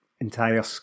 entire